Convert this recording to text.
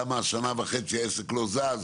למה שנה וחצי העסק לא זז,